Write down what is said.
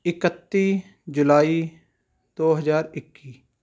ਇਕੱਤੀ ਜੁਲਾਈ ਦੋ ਹਜ਼ਾਰ ਇੱਕੀ